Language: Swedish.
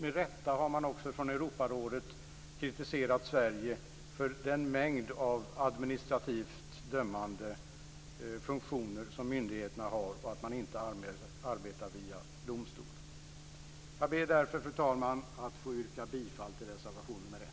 Med rätta har man från Europarådet kritiserat Sverige för den mängd av administrativt dömande funktioner som myndigheterna har och att man inte arbetar via domstol. Jag ber därför, fru talman, att få yrka bifall till reservation nr 1.